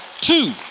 two